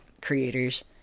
creators